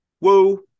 Woo